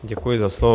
Děkuji za slovo.